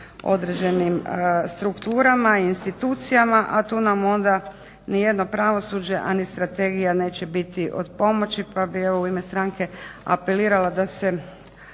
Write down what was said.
određenim strukturama, institucijama, a tu nam onda nijedno pravosuđe, a ni strategija neće biti od pomoći, pa bi evo u ime stranke apelirala da se